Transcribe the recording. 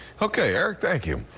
ok eric thank you.